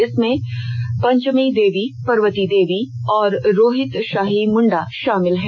इसमें पंचमी देवी पार्वती देवी और रोहित शाही मुंडा शामिल हैं